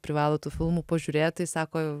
privalo tų filmų pažiūrėt tai sako